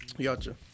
Gotcha